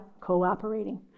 cooperating